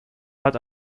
hat